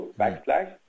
backslash